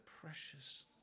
precious